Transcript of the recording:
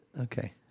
Okay